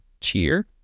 Cheer